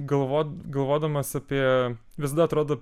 galvot galvodamas apie visada atrodo